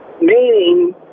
meaning